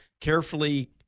carefully